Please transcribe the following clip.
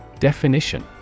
Definition